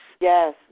Yes